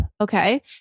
okay